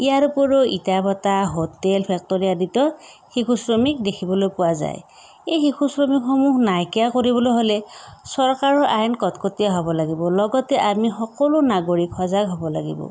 ইয়াৰোপৰি ইটা ভেটা হোটেল ফেক্টৰী আদিতো শিশু শ্ৰমিক দেখিবলৈ পোৱা যায় এই শিশু শ্ৰমিক সমূহ নাইকীয়া কৰিবলৈ হ'লে চৰকাৰৰ আইন কটকটীয়া হ'ব লাগিব লগতে আমি সকলো নাগৰিক সজাগ হ'ব লাগিব